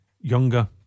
younger